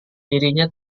dirinya